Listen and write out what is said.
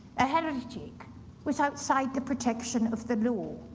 a heretic was outside the protection of the law.